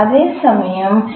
அதேசமயம் ஈ